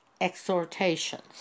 Exhortations